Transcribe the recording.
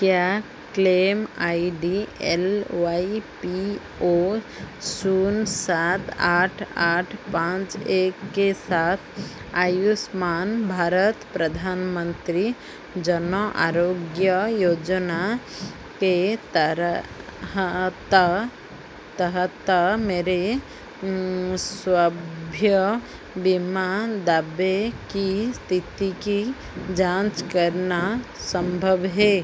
क्या claim I D L Y P O शून्य सात आठ आठ पाँच एक के साथ आयुष्मान भारत प्रधानमंत्री जन आरोग्य योजना के तहत तहत मेरे स्वभ्य बीमा दावे की स्थिति की जाँच करना संभव है